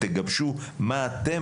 תגבשו מה אתם,